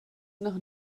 nach